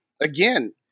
again